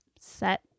set